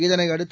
இதையடுத்து